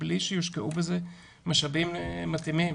בלי שיושקעו בזה משאבים מתאימים.